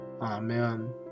Amen